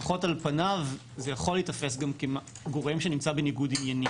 לפחות על פניו זה יכול להיתפס כגורם שנמצא בניגוד עניינים.